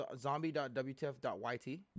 Zombie.wtf.yt